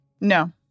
No